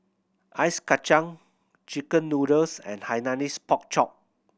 ice kacang chicken noodles and Hainanese Pork Chop